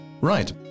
Right